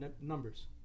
numbers